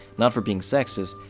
not for being sexist,